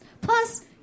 plus